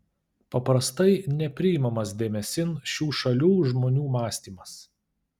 paprastai nepriimamas dėmesin šių šalių žmonių mąstymas